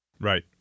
Right